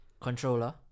Controller